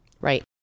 Right